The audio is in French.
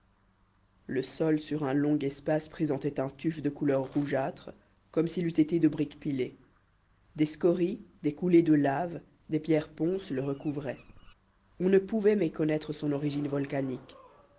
le sol sur un long espace présentait un tuf de couleur rougeâtre comme s'il eût été de brique pilée des scories des coulées de lave des pierres ponces le recouvraient on ne pouvait méconnaître son origine volcanique